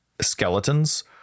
skeletons